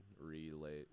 relay